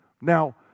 Now